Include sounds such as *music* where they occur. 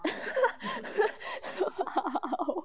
*laughs*